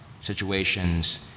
situations